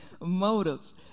Motives